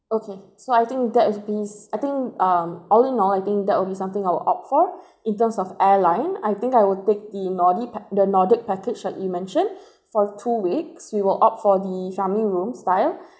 okay so I think that is this I think um all in all I think that will be something I'll opt for in terms of airline I think I will take the nordi pac~ the nordic package that you mentioned for two weeks we will opt for the family room style